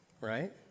right